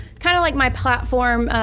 kind of like my platform,